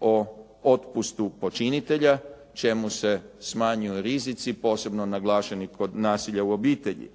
o otpustu počinitelja, čemu se smanjuju rizici, posebno naglašeni kod nasilja u obitelji